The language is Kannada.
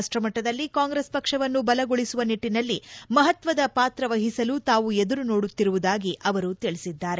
ರಾಷ್ಟಮಟ್ಟದಲ್ಲಿ ಕಾಂಗ್ರೆಸ್ ಪಕ್ಷವನ್ನು ಬಲಗೊಳಿಸುವ ನಿಟ್ಟನಲ್ಲಿ ಮಹತ್ವದ ಪಾತ್ರವಹಿಸಲು ತಾವು ಎದುರು ನೋಡುತ್ತಿರುವುದಾಗಿ ತಿಳಿಸಿದ್ದಾರೆ